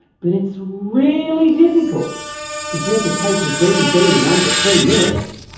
but it's really difficult to drink a case of vb in under three minutes.